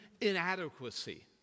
inadequacy